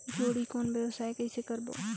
जोणी कौन व्यवसाय कइसे करबो?